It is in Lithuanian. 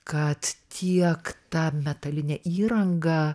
kad tiek ta metalinė įranga